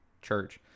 church